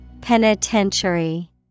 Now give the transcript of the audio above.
Penitentiary